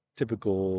typical